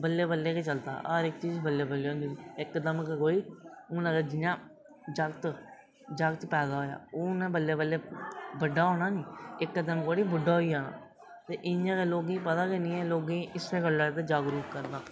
बल्लें बल्लें गै चलदा हर इक चीज बल्लें बल्लें गै चलदी इकदम अगर कोई हून जि'यां जागत जागत पैदा होएआ ओह् हून उ'नें बल्लें बल्लें बड्डा होना निं इकदम थोह्ड़ी बड्डा होई जाना ते इ'यां लोकें गी पता ई नेईं ऐ लोकें गी इस्सै बारे च जागरूक करना